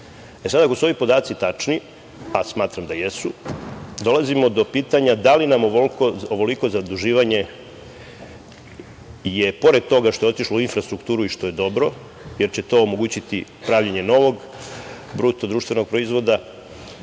ako su ovi podaci tačni, a smatram da jesu, dolazimo do pitanja – da li nam je ovoliko zaduživanje, pored toga što je otišlo u infrastrukturu i što je dobro, jer će to omogućiti pravljenje novog BDP, da li smo možda